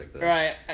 Right